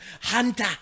Hunter